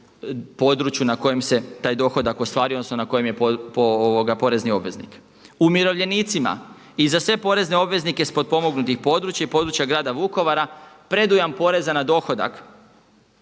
na kojem se taj dohodak ostvaruje, odnosno na kojem je porezni obveznik. Umirovljenicima i za sve porezne obveznike sa potpomognutih područja i područja grada Vukovara predujam poreza na dohodak